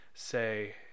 say